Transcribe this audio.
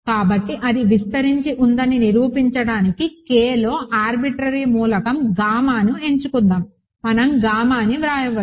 కాబట్టి అది విస్తరించి ఉందని నిరూపించడానికి K లో ఆర్బిట్రరీ మూలకం గామాను ఎంచుకుందాం మనం గామాని వ్రాయవచ్చు